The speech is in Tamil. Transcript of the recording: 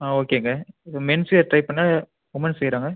ஆ ஓகேங்க இப்போ மென்ஸ் வியர் டைப்புனா உமென்ஸ் வியராங்க